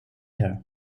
her